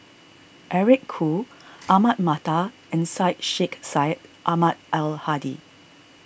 Eric Khoo Ahmad Mattar and Syed Sheikh Syed Ahmad Al Hadi